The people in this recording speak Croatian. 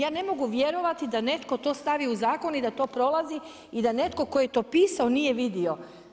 Ja ne mogu vjerovati da netko to stavi u zakon i da to prolazi i da netko tko je to pisao nije vidio.